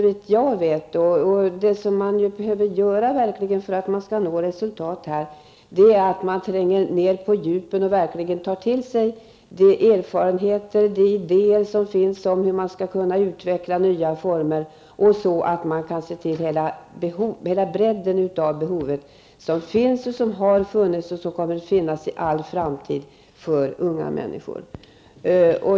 Vad som behöver göras för att verkligen nå resultat är att tränga ned på djupet och ta till sig de erfarenheter och idéer som finns om hur nya vårdformer skall utvecklas. Det gäller att se hela bredden av de behov som finns, som har funnits och som för all framtid kommer att finnas hos unga människor.